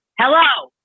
Hello